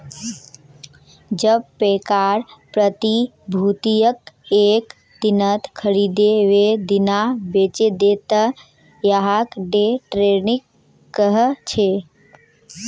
जब पैकार प्रतिभूतियक एक दिनत खरीदे वेय दिना बेचे दे त यहाक डे ट्रेडिंग कह छे